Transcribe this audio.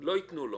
לא ייתנו לו?